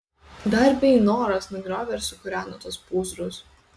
dar beinoras nugriovė ir sukūreno tuos pūzrus